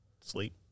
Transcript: Sleep